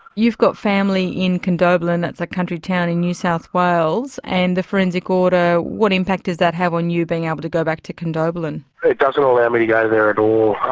you've got family in condobolin, that's a country town in new south wales, and the forensic order, what impact does that have on you being able to go back to condobolin? it doesn't allow me to go there at all.